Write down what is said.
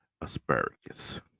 asparagus